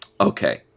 Okay